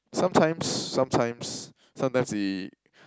sometimes sometimes sometimes we